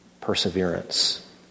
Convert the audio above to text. perseverance